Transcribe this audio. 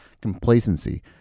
complacency